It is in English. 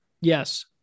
Yes